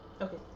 Okay